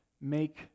make